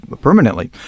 permanently